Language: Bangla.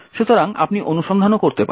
সুতরাং আপনি অনুসন্ধানও করতে পারেন